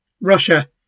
Russia